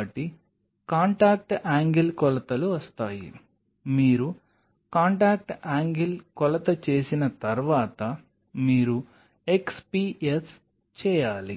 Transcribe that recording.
కాబట్టి contact angle కొలతలు వస్తాయి మీరు కాంటాక్ట్ యాంగిల్ కొలత చేసిన తర్వాత మీరు XPS చేయాలి